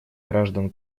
граждан